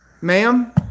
Ma'am